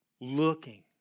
Looking